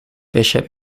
bishop